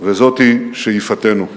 וזאת היא שאיפתנו.